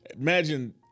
Imagine